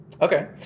Okay